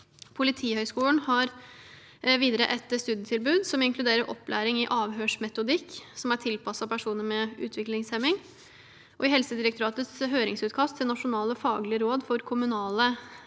Politihøgskolen et studietilbud som inkluderer opplæring i avhørsmetodikk som er tilpasset personer med utviklingshemming. I Helsedirektoratets høringsutkast til nasjonale faglige råd for kommunale helse-